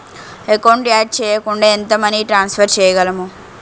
Account add చేయకుండా ఎంత money transfer చేయగలము?